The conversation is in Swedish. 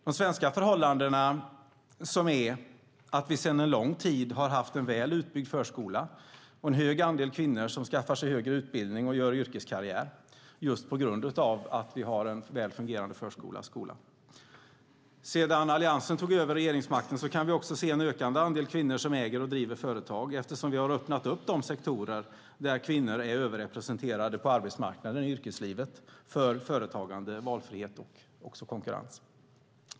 De svenska förhållandena är att vi sedan lång tid har haft en väl utbyggd förskola och en stor andel kvinnor som skaffar sig en högre utbildning och gör yrkeskarriär just tack vare att vi har en väl fungerande förskola och skola. Sedan Alliansen tog över regeringsmakten kan vi också se en ökande andel kvinnor som äger och driver företag, eftersom vi har öppnat upp de sektorer där kvinnor är överrepresenterade på arbetsmarknaden och i yrkeslivet för företagande, valfrihet och konkurrens.